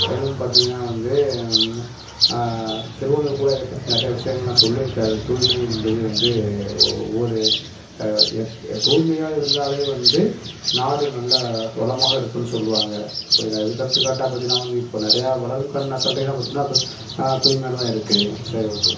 மேலும் பார்த்தீங்கன்னா வந்து திருவள்ளுவர் கூட இதை பற்றி நிறைய விஷியங்கள் எல்லாம் சொல்லிருக்கார் தூய்மை என்பது வந்து ஒவ்வொரு எப் ஏ தூய்மையாக இருந்தாலே வந்து நாடு நல்லா வளமாக இருக்குன்னு சொல்லுவாங்க இப்போ நான் இதுக்கு எடுத்துக்காட்டாக பார்த்தீங்கன்னா வந்து இப்போ நிறையா வளரும் கண் கன்ட்ரி எல்லாம் பார்த்தீங்கன்னா து தூய்மையோடு தான் இருக்கு சரி ஓகே